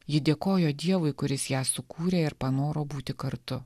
ji dėkojo dievui kuris ją sukūrė ir panoro būti kartu